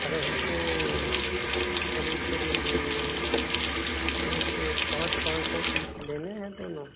अरे हमको क़रीब क़रीब एक यह पाँच पाँच सौ पीस लेने हैं दोनों